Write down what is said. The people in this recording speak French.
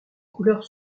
couleurs